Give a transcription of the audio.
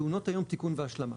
טעונות היום תיקון והשלמה.